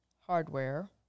hardware